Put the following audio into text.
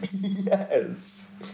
Yes